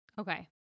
Okay